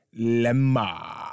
Lemma